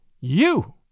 You